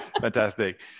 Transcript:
fantastic